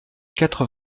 quatre